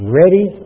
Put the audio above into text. ready